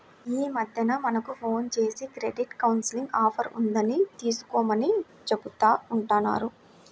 యీ మద్దెన మనకు ఫోన్ జేసి క్రెడిట్ కౌన్సిలింగ్ ఆఫర్ ఉన్నది తీసుకోమని చెబుతా ఉంటన్నారు